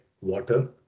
water